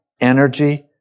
energy